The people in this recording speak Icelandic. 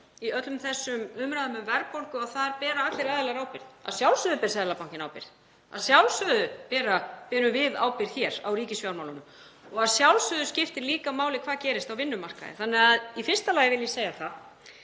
í öllum þessum umræðum um verðbólgu að þar beri allir aðilar ábyrgð. Að sjálfsögðu ber Seðlabankinn ábyrgð. Að sjálfsögðu berum við ábyrgð hér á ríkisfjármálunum og að sjálfsögðu skiptir líka máli hvað gerist á vinnumarkaði. Í fyrsta lagi vil ég segja að